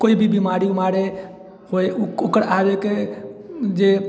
कोइ भी बीमारी उमारी होए ओकर आगे के जे